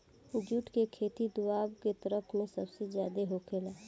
जुट के खेती दोवाब के तरफ में सबसे ज्यादे होखेला